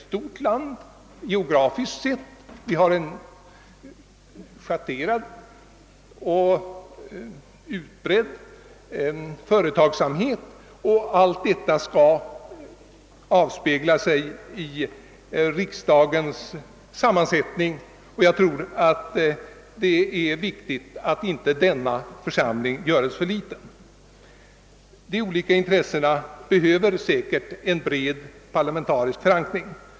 Sverige är geografiskt sett ett stort land med en schatterad och spridd företagsamhet och allt skall avspegla sig : riksdagens sammansättning. Jag tror därför att det är viktigt att denna församling inte görs för liten. De olika intressena behöver säkert en bred parlamentarisk förankring.